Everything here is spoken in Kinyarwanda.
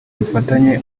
dufatanye